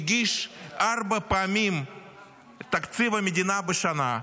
מגיש ארבע פעמים תקציב מדינה בשנה,